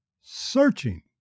searching